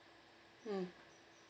mm